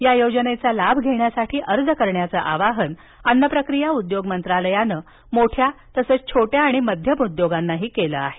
या योजनेचा लाभ घेण्यासाठी अर्ज करण्याचं आवाहन अन्न प्रक्रिया उद्योग मंत्रालयानं मोठ्यातसंच छोट्या आणि मध्यम उद्योगांना केलं आहे